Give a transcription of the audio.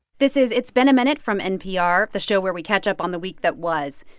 this is it's been a minute from npr, the show where we catch up on the week that was.